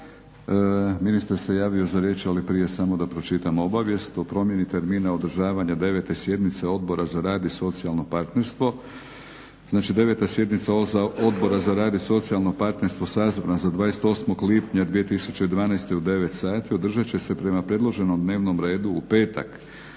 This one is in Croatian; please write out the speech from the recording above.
Ministar se javio za riječ, ali prije samo da pročitam obavijest o promjeni termina održavanja 9. sjednice Odbora za rad i socijalno partnerstvo. Znači 9. sjednica Odbora za rad i socijalno partnerstvo sazvana za 28. lipnja 2012. u 9 sati održat će se prema predloženom dnevnom redu u petak